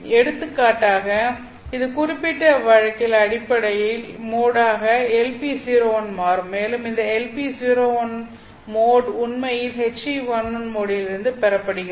எடுத்துக்காட்டாக இந்த குறிப்பிட்ட வழக்கில் அடிப்படை மோடாக LP01 மாறும் மேலும் இந்த LP01 மோட் உண்மையில் HE11 மோடிலிருந்து பெறப்படுகிறது